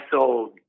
sold